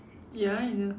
ya I know